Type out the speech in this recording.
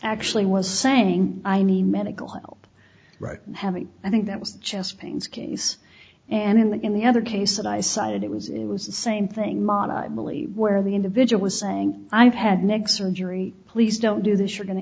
actually was saying i mean medical help right having i think that was just pains case and in the in the other case that i cited it was it was the same thing believe where the individual is saying i've had next surgery please don't do this you're going to